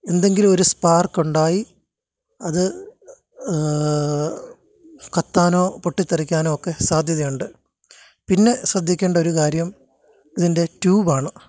എന്തെങ്കിലുമൊരു സ്പാർക്ക് ഉണ്ടായി അത് കത്താനോ പൊട്ടിത്തെറിക്കാനോ ഒക്കെ സാധ്യതയുണ്ട് പിന്നെ ശ്രദ്ധിക്കേണ്ട ഒരു കാര്യം ഇതിൻ്റെ ട്യൂബ് ആണ്